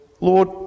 Lord